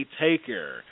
Taker